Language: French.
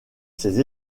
ses